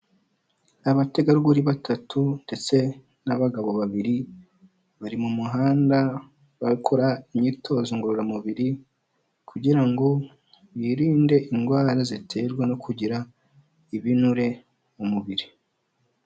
Abategarugori batatu ndetse n'abagabo babiri bari mu muhanda barakora imyitozo ngororamubiri kugira ngo birinde indwara ziterwa no kugira ibinure mu mubiri.